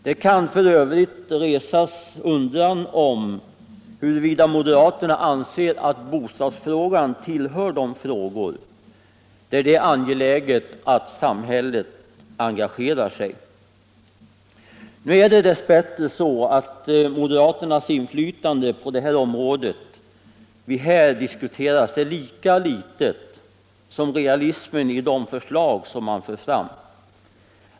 Man kan för övrigt undra huruvida moderaterna anser att bostadsfrågan tillhör de frågor där det är angeläget att samhället engagerar sig. Nu är det dess bättre så att moderaternas inflytande på det område vi här diskuterar är lika litet som realismen i de förslag man för fram.